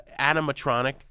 animatronic